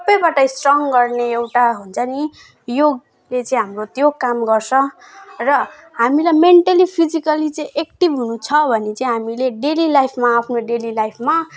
सबैबाट स्ट्रङ गर्ने एउटा हुन्छ नि योगले चाहिँ हाम्रो त्यो काम गर्छ र हामीलाई मेन्टली फिजिकली चाहिँ एक्टिभ हुनुछ भने चाहिँ हामीले डेली लाइफमा आफ्नो डेली लाइफमा